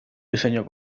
diseño